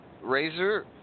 Razor